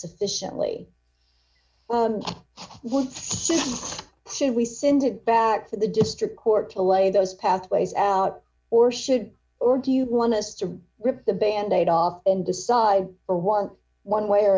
sufficiently well should we send it back for the district court to lay those pathways out or should or do you want us to rip the band aid off and decide or want one way or